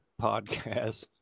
podcast